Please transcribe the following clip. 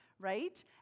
right